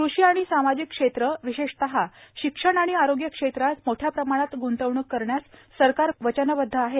कृषी आणि सामाजिक क्षेत्र विशेषतः शिक्षण आणि आरोग्य क्षेत्रांत मोठ़या प्रमाणात ग्रंतवणूक करण्यास सरकार वचनबद्ध आहे